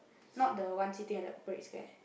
not the one sitting at the Parade Square